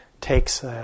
takes